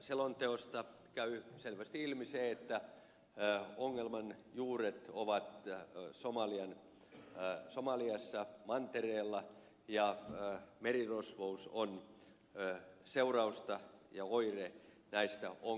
selonteosta käy selvästi ilmi se että ongelman juuret ovat työ on somalien ja äijä somaliassa mantereella ja merirosvous on seurausta ja oire näistä ongelmista